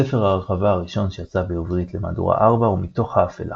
ספר ההרחבה הראשון שיצא בעברית למהדורה 4 הוא "מתוך האפלה",